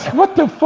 what the fuck.